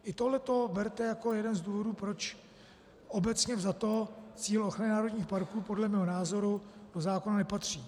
I tohle berte jako jeden z důvodů, proč obecně vzato cíl ochrany národních parků podle mého názoru do zákona nepatří.